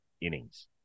innings